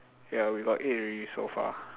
ya we got eight already so far